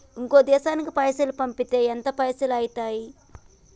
ఇంకో దేశానికి పైసల్ పంపితే ఎంత పైసలు అయితయి?